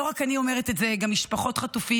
לא רק אני אומרת את זה, גם משפחות חטופים.